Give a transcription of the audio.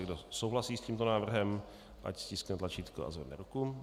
Kdo souhlasí s tímto návrhem, ať stiskne tlačítko a zvedne ruku.